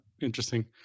Interesting